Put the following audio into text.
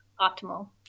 optimal